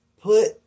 put